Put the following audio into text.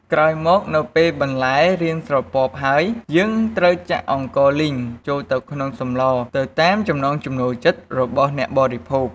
ក្រោយមក នៅពេលបន្លែរាងស្រពាប់ហើយ យើងត្រូវចាក់អង្ករលីងចូលទៅក្នុងសម្លរទៅតាមចំណង់ចំណូលចិត្តរបស់អ្នកបរិភោគ។